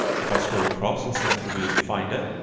if i scroll across and select reveal in finder,